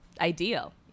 ideal